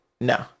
No